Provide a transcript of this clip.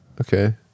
okay